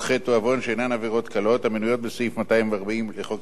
עבירות קלות המנויות בסעיף 240 לחוק סדר הדין הפלילי